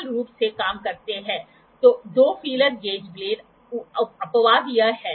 इसलिए ऑटोकॉलमेटर में हम कोलिमेटेड लाइट की बीम का उपयोग करते हैं